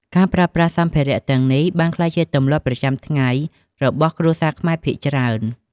ការប្រើប្រាស់សម្ភារៈទាំងនេះបានក្លាយជាទម្លាប់ប្រចាំថ្ងៃរបស់គ្រួសារខ្មែរភាគច្រើន។